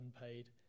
unpaid